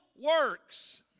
works